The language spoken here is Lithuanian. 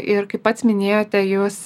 ir kaip pats minėjote jūs